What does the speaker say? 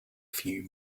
few